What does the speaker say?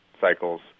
cycles